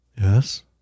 Yes